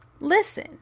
Listen